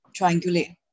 triangulate